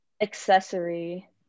accessory